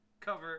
Cover